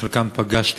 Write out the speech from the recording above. ולא זורם.